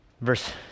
verse